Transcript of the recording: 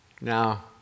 now